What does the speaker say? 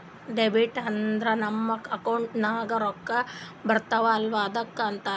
debit ಅಂದುರ್ ನಮ್ account ನಾಗ್ ರೊಕ್ಕಾ ಬರ್ತಾವ ಅಲ್ಲ ಅದ್ದುಕ ಅಂತಾರ್